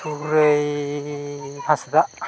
ᱥᱩᱨᱟᱹᱭ ᱦᱟᱸᱥᱫᱟᱜ